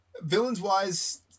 villains-wise